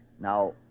Now